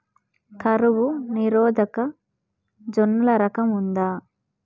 కరువు నిరోధక జొన్నల రకం ఉందా?